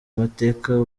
mateka